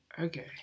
Okay